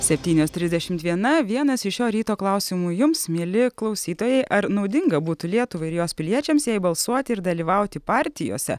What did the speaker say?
septynios trisdešimt viena vienas iš šio ryto klausimų jums mieli klausytojai ar naudinga būtų lietuvai ir jos piliečiams jei balsuoti ir dalyvauti partijose